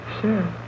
Sure